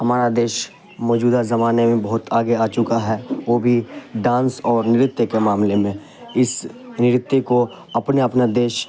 ہمارا دیس موجودہ زمانے میں بہت آگے آ چکا ہے وہ بھی ڈانس اور نرتیہ کے معاملے میں اس نرتیہ کو اپنا اپنا دیس